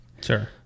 Sure